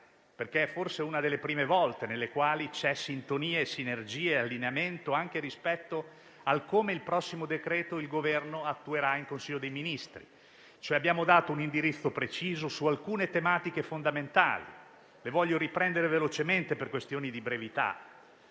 perché è forse una delle prime volte nelle quali ci sono sintonia, sinergia e allineamento anche rispetto a come il Governo attuerà il prossimo decreto in Consiglio dei ministri. Abbiamo dato un indirizzo preciso su alcune tematiche fondamentali. Le ricordo velocemente per questioni di brevità,